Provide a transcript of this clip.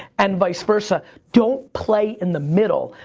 and vice versa. don't play in the middle,